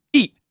eat